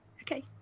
Okay